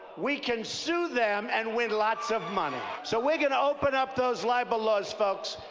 we can sue them and win lots of money. so we're gonna open up those libel laws, folks,